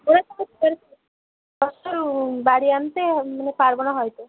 ফসল বাড়ি আনতে মানে পারবো না হয়তো